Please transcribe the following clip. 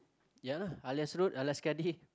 ya lah Alias Road Alias